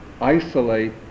isolate